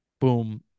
Boom